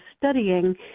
studying